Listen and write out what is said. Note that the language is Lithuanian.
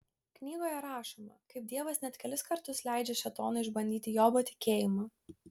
knygoje rašoma kaip dievas net kelis kartus leidžia šėtonui išbandyti jobo tikėjimą